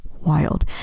wild